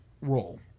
role